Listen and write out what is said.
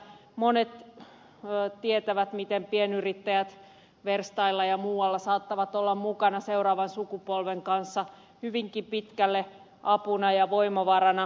monet tietävät miten pienyrittäjät verstailla ja muualla saattavat olla mukana seuraavan sukupolven kanssa hyvinkin pitkälle apuna ja voimavarana